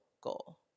goal